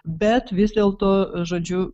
bet vis dėlto žodžiu